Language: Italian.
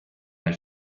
nel